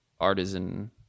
artisan